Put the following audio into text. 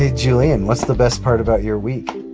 ah julienne, what's the best part about your week?